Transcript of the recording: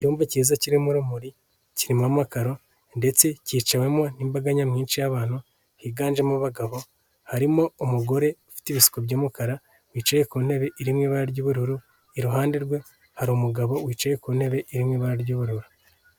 Icyumba kiza kirimo urumuri impamakaro ndetse kiciwemo n'imbaga nyamwinshi y'abantu higanjemo abagabo, harimo umugore ufite ibisuko by'umukara, bicaye ku ntebe irimo ibara ry'ubururu, iruhande rwe hari umugabo wicaye ku ntebe iri mu ibara ry'ubururu.